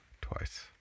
twice